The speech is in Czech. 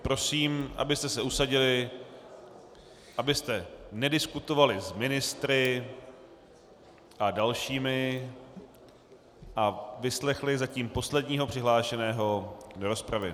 Prosím, abyste se usadili, abyste nediskutovali s ministry a dalšími a vyslechli zatím posledního přihlášeného do rozpravy.